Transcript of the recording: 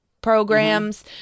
programs